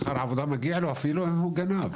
שכר עבודה מגיע לו אפילו אם הוא גנב,